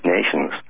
Nations